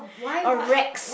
or Rex